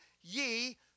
ye